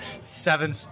seven